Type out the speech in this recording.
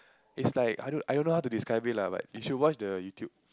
it's like I don't know how to describe it lah but you should watch the YouTube